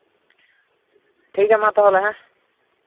ᱴᱷᱤᱠ ᱜᱮᱭᱟ ᱢᱟ ᱛᱟᱦᱚᱞᱮ ᱦᱮᱸ